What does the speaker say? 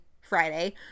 Friday